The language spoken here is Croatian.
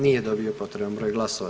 Nije dobio potreban broj glasova.